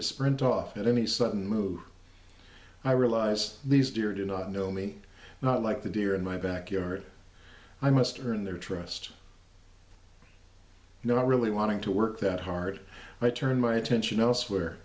to sprint off at any sudden move i realize these deer do not know me not like the deer in my back yard i must earn their trust not really wanting to work that hard i turn my attention elsewhere